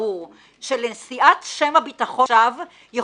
--- מאוד מרחיקות לכת,